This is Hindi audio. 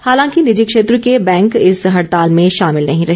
हालांकि निजी क्षेत्र के बैंक इस हड़ताल में शामिल नहीं रहे